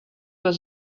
were